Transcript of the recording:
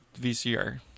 VCR